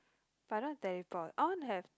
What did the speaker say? but I don't teleport on have